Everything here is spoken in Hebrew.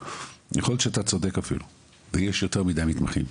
יכול להיות שאתה צודק אפילו, ויש יותר מדי מתמחים,